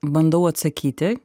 bandau atsakyti